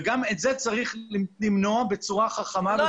וגם את זה צריך למנוע בצורה חכמה ובצורה סבירה.